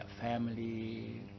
family